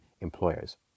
employers